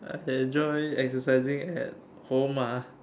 I enjoy exercising at home ah